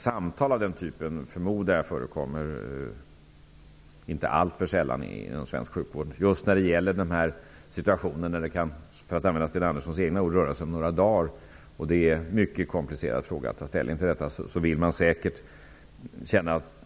Samtal av den typen förmodar jag inte alltför sällan förekommer inom svensk sjukvård, just i situationer där det, som Sten Andersson sade, rör sig om några dagar. Detta är en mycket komplicerad fråga att ta ställning till.